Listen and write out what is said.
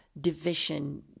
division